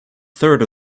third